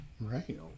Right